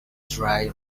dry